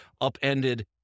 upended